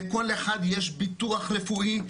לכל אחד יש ביטוח רפואי,